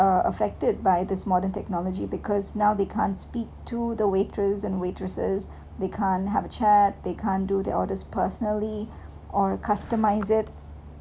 uh affected by this modern technology because now they can't speak to the waiters and waitresses they can't have a chat they can't do the orders personally or customize it